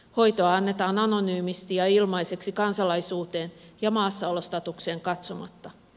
hoitoa annetaan anonyymisti ja ilmaiseksi kansalaisuuteen ja maassaolostatukseen katsomatta